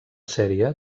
sèrie